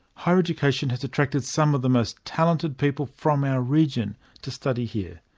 higher education has attracted some of the most talented people from our region to study here.